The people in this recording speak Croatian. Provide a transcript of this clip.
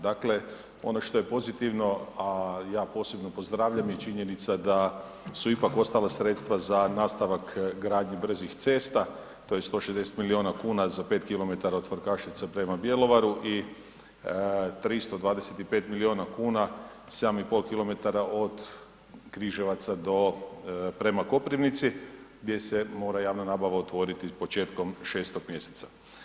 Dakle, ono što je pozitivno, a ja posebno pozdravljam je činjenica da su ipak ostala sredstva za nastavak gradnje brzih cesta to je 160 miliona kuna za 5 km od Farkaševca prema Bjelovaru i 325 miliona kuna 7,5 km od Križevaca do, prema Koprivnici gdje se mora javna nabava otvoriti početkom 6. mjeseca.